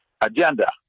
agenda